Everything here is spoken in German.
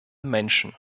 menschen